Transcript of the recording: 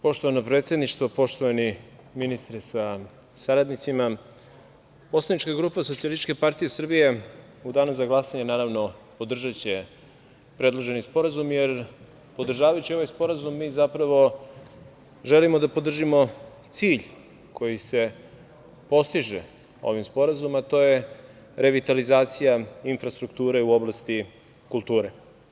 Poštovano predsedništvo, poštovani ministre sa saradnicima, poslanička grupa SPS u danu za glasanje, naravno, podržaće predloženi sporazum, jer, podržavajući ovaj sporazum, mi želimo da podržimo cilj koji se postiže ovim sporazumom, a to je revitalizacija infrastrukture u oblasti kulture.